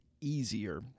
easier